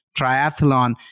triathlon